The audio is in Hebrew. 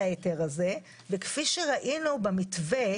מן ההגינות שמה שנתת לבצלאל סמוטריץ'